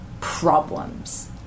problems